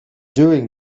doing